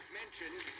mentioned